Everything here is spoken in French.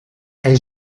est